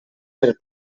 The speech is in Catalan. per